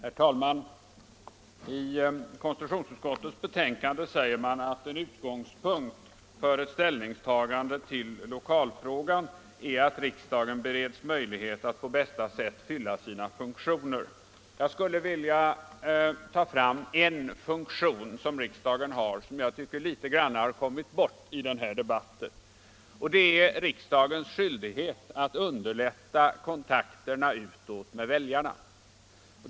Herr talman! I konstitutionsutskottets betänkande sägs att en utgångspunkt för ett ställningstagande i lokalfrågan är att riksdagen bereds möjlighet att på bästa sätt fylla sina funktioner. Jag skulle vilja ta fram en funktion som riksdagen har men som jag tycker nära nog har kommit bort i den här debatten, nämligen riksdagens skyldighet att underlätta kontakterna utåt med väljarna.